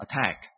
attack